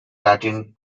latin